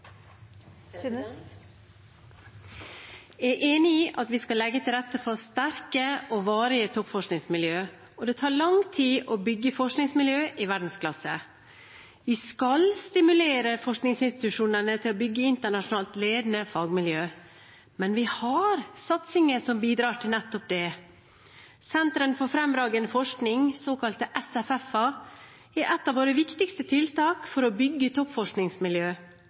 Jeg er enig i at vi skal legge til rette for sterke og varige toppforskningsmiljøer, og det tar lang tid å bygge forskningsmiljøer i verdensklasse. Vi skal stimulere forskningsinstitusjonene til å bygge internasjonalt ledende fagmiljøer, men vi har satsinger som bidrar til nettopp det. Sentrene for fremragende forskning, såkalte SFF-er, er et av våre viktigste tiltak for å bygge